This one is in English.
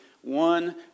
one